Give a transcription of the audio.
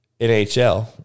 NHL